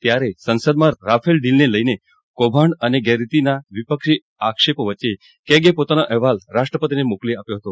ત્યારે સંસદમાં રાફેલ ડીલને લઈને કૌભાંડ અને ગેરરીતીના વિપક્ષી આક્ષેપો વચ્ચે કેગે પોતાનો અહેવાલ રાષ્ટ્રપતિને મોકલ્યો હતો